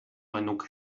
genuke